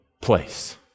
place